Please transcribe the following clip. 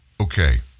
Okay